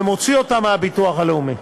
ומוציא אותן מהביטוח הלאומי,